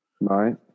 right